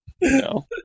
No